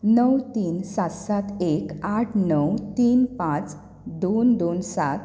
णव तीन सात सात एक आठ णव तीन पांच दोन दोन सात